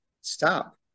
stop